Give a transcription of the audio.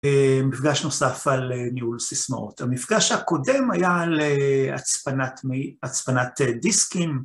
מפגש נוסף על ניהול סיסמאות, המפגש הקודם היה על הצפנת דיסקים,